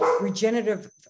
regenerative